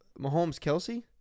Mahomes-Kelsey